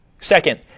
Second